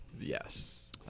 Yes